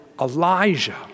Elijah